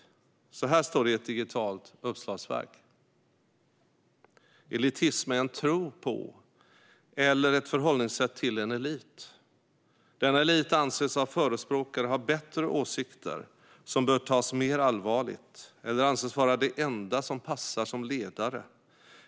Så här står det i ett digitalt uppslagsverk: "Elitism är en tro på eller ett förhållningssätt till en elit. Denna elit anses av förespråkare ha bättre åsikter som bör tas mer allvarligt, eller anses vara de enda som passar som ledare.